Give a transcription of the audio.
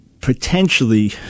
potentially